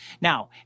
Now